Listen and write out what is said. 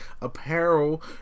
apparel